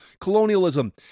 colonialism